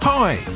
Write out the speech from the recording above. Hi